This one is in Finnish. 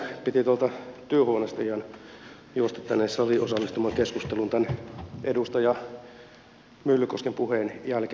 piti tuolta työhuoneesta ihan juosta tänne saliin osallistumaan keskusteluun edustaja myllykosken puheen jälkeen